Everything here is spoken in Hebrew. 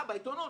בעיתונות.